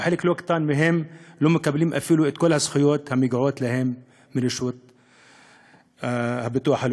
וחלק לא קטן מהם לא מקבלים את כל הזכויות שמגיעות להם מביטוח לאומי.